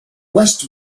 west